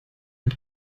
man